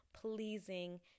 pleasing